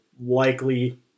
likely